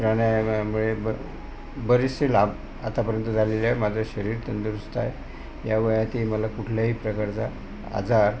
प्राणायामामुळे ब बरेचसे लाभ आतापर्यंत झालेले आहे माझं शरीर तंदुरुस्त आहे या वयातही मला कुठल्याही प्रकारचा आजार